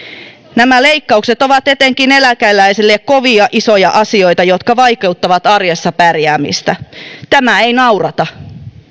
nämä leikkaukset ovat etenkin eläkeläisille kovia isoja asioita jotka vaikeuttavat arjessa pärjäämistä tämä ei naurata